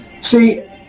See